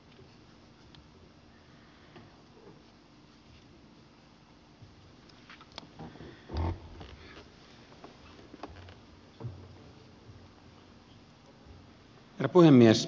herra puhemies